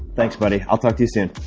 thanks, buddy. i'll talk to you soon.